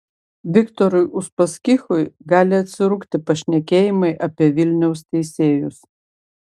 viktorui uspaskichui gali atsirūgti pašnekėjimai apie vilniaus teisėjus